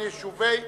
יישובי עוטף-עזה,